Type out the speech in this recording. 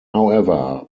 however